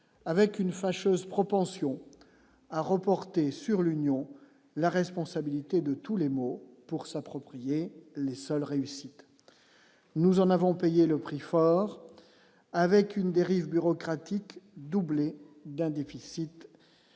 avec une fâcheuse propension à reporter sur l'Union, la responsabilité de tous les maux, pour s'approprier les seules réussites, nous en avons payé le prix fort, avec une dérive bureaucratique, doublé d'un déficit